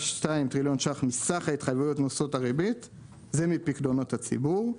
טריליון ₪, זה מפיקדונות הציבור.